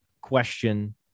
question